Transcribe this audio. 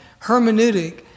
hermeneutic